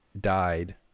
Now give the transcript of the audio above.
died